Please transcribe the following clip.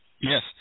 Yes